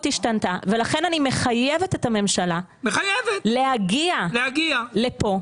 השתנתה ולכן אני מחייבת את הממשלה להגיע לפה,